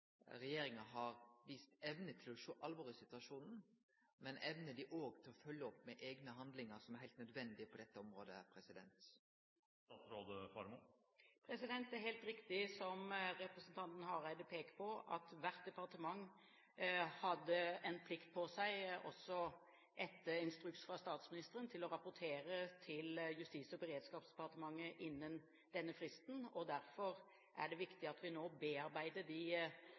regjeringa har vist evne til å sjå alvoret i situasjonen, men evnar dei òg å følgje opp med eigne handlingar, som er heilt nødvendig på dette området? Det er helt riktig som representanten Hareide peker på, at hvert departement hadde en plikt på seg, også etter instruks fra statsministeren, til å rapportere til Justis- og beredskapsdepartementet innen denne fristen, og derfor er det viktig at vi nå bearbeider de